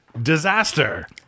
disaster